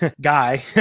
guy